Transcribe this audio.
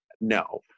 No